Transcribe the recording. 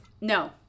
No